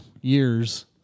years